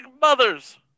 mothers